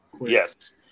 Yes